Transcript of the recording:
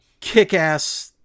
kick-ass